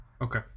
Okay